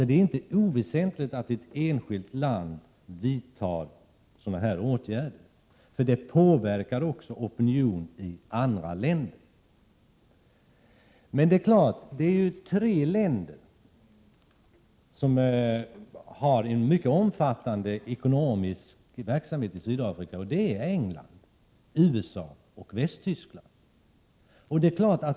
Det är inte oväsentligt att ett enskilt land vidtar sådana åtgärder. Det påverkar också opinionen i andra länder. Tre länder har emellertid omfattande ekonomisk verksamhet i Sydafrika, nämligen England, USA och Västtyskland.